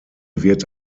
wird